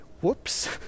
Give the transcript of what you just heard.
whoops